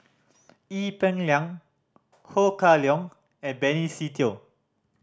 Ee Peng Liang Ho Kah Leong and Benny Se Teo